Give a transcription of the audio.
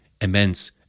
immense